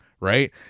Right